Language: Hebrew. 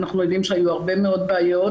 אנחנו יודעים שהיו הרבה מאוד בעיות,